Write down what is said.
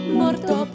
morto